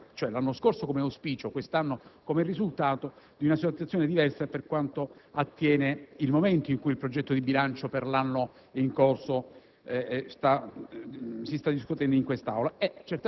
presentazione all'Aula (l'anno scorso come auspicio, quest'anno come risultato) di una situazione diversa per quanto riguarda il momento in cui il progetto di bilancio per l'anno in corso